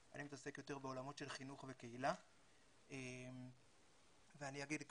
אני מתעסק יותר בעולמות של חינוך וקהילה ואני אגיד ככה,